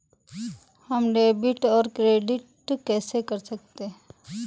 हम डेबिटऔर क्रेडिट कैसे कर सकते हैं?